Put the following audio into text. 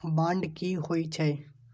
Bond की होई छै?